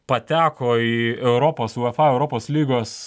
pateko į europos uefa europos lygos